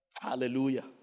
Hallelujah